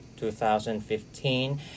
2015